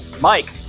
mike